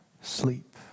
Sleep